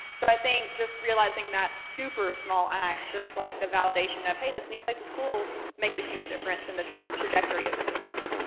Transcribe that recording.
so i think just realizing that super small act, just like the validation of hey, this new place is cool, makes a huge difference in the trajectory of the business. and